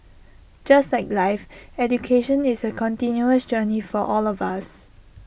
just like life education is A continuous journey for all of us